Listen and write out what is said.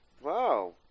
Wow